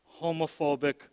homophobic